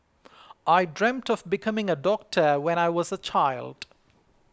I dreamt of becoming a doctor when I was a child